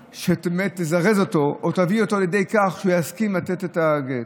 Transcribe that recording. שבאמת תזרז אותו או תביא אותו לידי כך שהוא יסכים לתת את הגט.